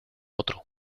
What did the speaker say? otro